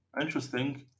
Interesting